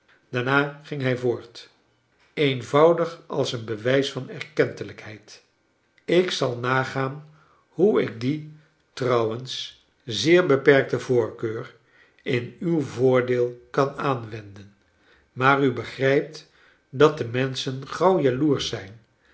daarna ging hij voorfc eenvoudig als een bewijs van erkentelijkheid ik zal nagaan hoe ik die trouwens zeer beperkte voorkeur in uw voordeel kan aanwenden maar u begrijpt dat de menschen gauw jaloersch zijn